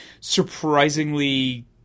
surprisingly